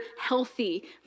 healthy